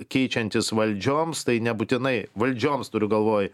keičiantis valdžioms tai nebūtinai valdžioms turiu galvoj